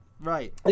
Right